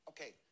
Okay